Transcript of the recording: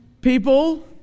People